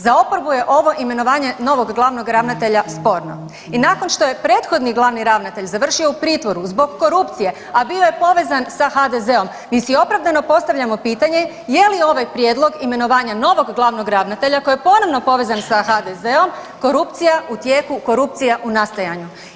Za oporbu je ovo imenovanje novog glavnog ravnatelja sporno i nakon što je prethodni glavni ravnatelj završio u pritvoru zbog korupcije, a bio je povezan sa HDZ-om mi si opravdano postavljamo pitanje je li ovaj prijedlog imenovanja novog glavnog ravnatelja koji je ponovno povezan sa HDZ-om korupcija u tijeku, korupcija u nastajanju.